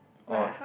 or